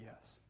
yes